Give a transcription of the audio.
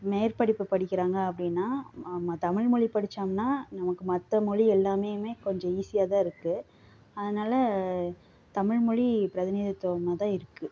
மேற்படிப்பு படிக்கிறாங்க அப்படின்னா ஆமாம் தமிழ் மொழி படிச்சோம்ன்னா நமக்கு மற்ற மொழி எல்லாமும் கொஞ்சம் ஈஸியாக தான் இருக்குது அதனால தமிழ்மொழி பிரதிநிதித்துவமாக தான் இருக்குது